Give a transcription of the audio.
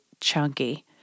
chunky